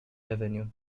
avenue